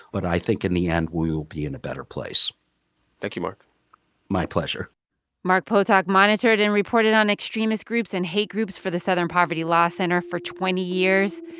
but i think in the end, we will be in a better place thank you, mark my pleasure mark potok monitored and reported on extremist groups and hate groups for the southern poverty law center for twenty years.